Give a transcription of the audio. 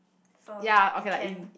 so you can